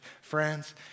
Friends